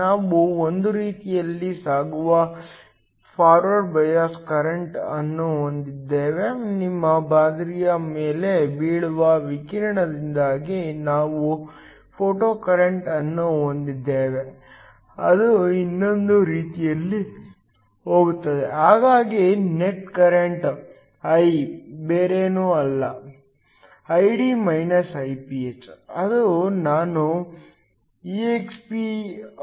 ನಾವು ಒಂದು ರೀತಿಯಲ್ಲಿ ಸಾಗುವ ಫಾರ್ವರ್ಡ್ ಬಯಾಸ್ ಕರೆಂಟ್ ಅನ್ನು ಹೊಂದಿದ್ದೇವೆ ನಿಮ್ಮ ಮಾದರಿಯ ಮೇಲೆ ಬೀಳುವ ವಿಕಿರಣದಿಂದಾಗಿ ನಾವು ಫೋಟೊಕರೆಂಟ್ ಅನ್ನು ಹೊಂದಿದ್ದೇವೆ ಅದು ಇನ್ನೊಂದು ರೀತಿಯಲ್ಲಿ ಹೋಗುತ್ತದೆ ಹಾಗಾಗಿ ನೆಟ್ ಕರೆಂಟ್ I ಬೇರೇನೂ ಅಲ್ಲ Id Iph ಅದು ನಾನು expev